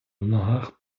ногах